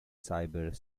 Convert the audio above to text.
cyber